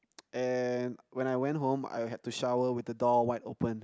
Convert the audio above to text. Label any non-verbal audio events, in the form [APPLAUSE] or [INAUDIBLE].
[NOISE] and when I went home I had to shower with the door wide open